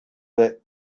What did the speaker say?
that